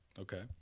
Okay